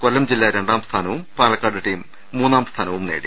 കൊല്ലം ജില്ല രണ്ടാംസ്ഥാനവും പാലക്കാട് ടീം മൂന്നാം സ്ഥാനവും നേടി